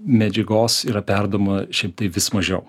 medžiagos yra perduodama šiaip tai vis mažiau